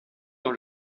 dans